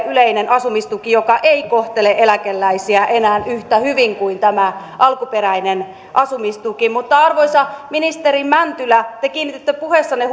yleinen asumistuki joka ei kohtele eläkeläisiä enää yhtä hyvin kuin tämä alkuperäinen asumistuki mutta arvoisa ministeri mäntylä te kiinnititte puheessanne